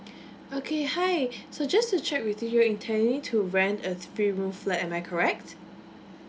okay hi so just to check with you you're intending to rent a three room flat am I correct